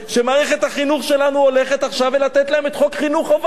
שמערכת החינוך שלנו הולכת עכשיו לתת להם את חוק חינוך חובה.